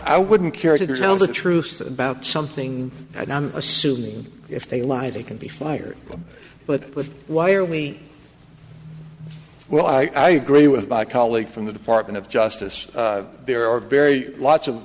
i wouldn't care to tell the truth about something and i'm assuming if they lie they can be fired but why are we well i agree with my colleague from the department of justice there are very lots of